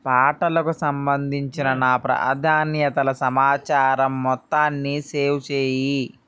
పాటలకు సంబంధించిన నా ప్రాధాన్యతల సమాచారం మొత్తాన్ని సేవ్ చెయ్యి